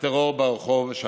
הטרור שלט ברחוב.